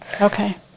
Okay